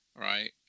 right